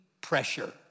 pressure